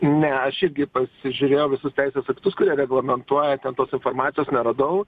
ne aš irgi pasižiūrėjau visus teisės aktus kurie reglamentuoja ten tos informacijos neradau